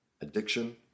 addiction